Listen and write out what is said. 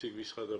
נציג משרד הבריאות.